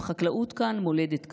אם חקלאות כאן, מולדת כאן.